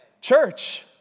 Church